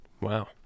Wow